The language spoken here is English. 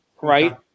right